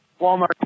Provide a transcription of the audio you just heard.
Walmart